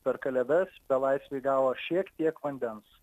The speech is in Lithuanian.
per kalėdas belaisviai gavo šiek tiek vandens